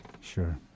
Sure